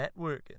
networking